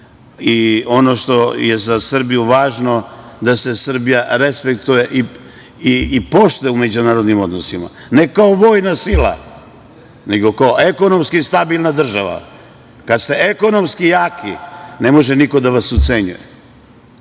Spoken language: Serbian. i ono što je za Srbiju važno je da se Srbija respektuje i poštuje u međunarodnim odnosima, ne kao vojna sila, nego kao ekonomski stabilna država. Kad ste ekonomski jaki, ne može niko da vas ucenjuje.